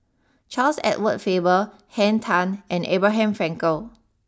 Charles Edward Faber Henn Tan and Abraham Frankel